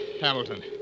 Hamilton